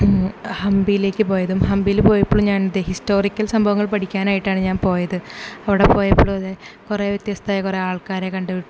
ഹമ്പിയിലേക്ക് പോയതും ഹമ്പിയിൽ പോയപ്പോളും ഞാൻ ദേ ഹിസ്റ്റോറിക്കൽ സംഭവങ്ങൾ പഠിക്കാനായിട്ടാണ് ഞാൻ പോയത് അവിടെ പോയപ്പോഴും അതെ കുറേ വ്യത്യസ്ഥമായ ആൾക്കാരെ കണ്ടു